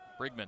Brigman